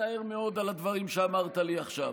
תצטער מאוד על הדברים שאמרת לי עכשיו.